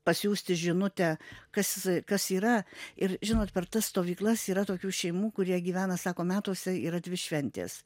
pasiųsti žinutę kas kas yra ir žinot per tas stovyklas yra tokių šeimų kurie gyvena sako metuose yra dvi šventės